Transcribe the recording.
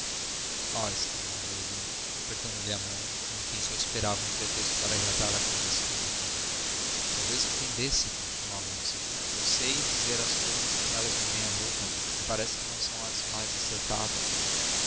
oh exclamou ele apertando-lhe a mão como quem só esperava um pretexto para reatar a conversa interrompida talvez ofendesse continuou a moça eu sei dizer as coisas como elas me vêm à boca e parece que não são as mais acertadas